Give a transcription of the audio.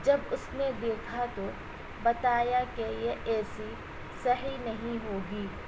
جب اس نے دیکھا تو بتایا کہ یہ اے سی صحیح نہیں ہوگی